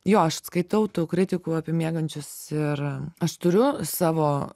jo aš skaitau tų kritikų apie miegančius ir aš turiu savo